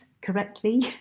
correctly